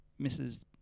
Mrs